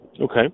Okay